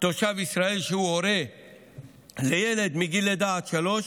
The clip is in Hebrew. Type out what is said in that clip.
תושב ישראל שהוא הורה לילד מגיל לידה עד שלוש